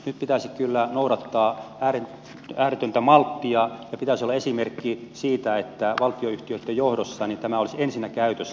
nyt pitäisi kyllä noudattaa ääretöntä malttia ja olla esimerkki siinä että valtionyhtiöitten johdossa tämä olisi ensinnä käytössä